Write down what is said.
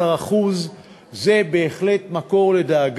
לקחו את החוק שחל על כולם,